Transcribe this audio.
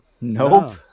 Nope